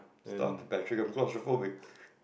stop the battery I'm claustrophobic